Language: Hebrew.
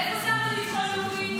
איפה השר לביטחון לאומי?